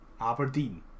Aberdeen